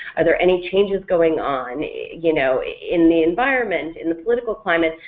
are there any changes going on you know in the environment. in the political climate,